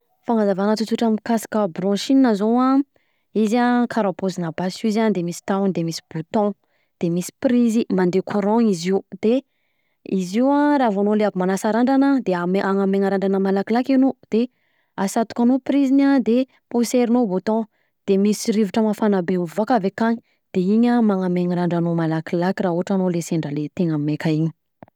Fanazavana tsotsotra mikasika broshing zao an izy an karaha pôzina basy fa izy misy tahony de misy bouton, de misy prizy, mandeha courant izy io, de izy io an raha vao anao le avy manasa randrana de hanamaina randrana malakilaky anao de asatokanao priziny an, de poserinao bouton de misy rivotra mafana be mivoaka avy akany iny an manamaina randranao malakilaky raha ohatra anao le sendra le tegna meka iny.